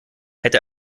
hätte